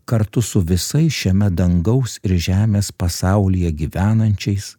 kartu su visais šiame dangaus ir žemės pasaulyje gyvenančiais